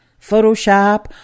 Photoshop